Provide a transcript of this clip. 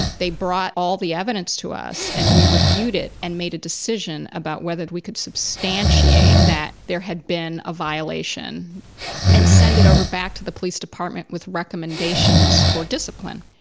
they brought all the evidence to us, and we reviewed it and made a decision about whether we could substantiate that there had been a violation and send it over back to the police department with recommendations for discipline.